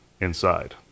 inside